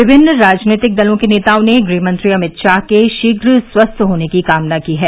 विभिन्न राजनीतिक दलों के नेताओं ने गृहमंत्री अमित शाह के शीघ्र स्वस्थ होने की कामना की है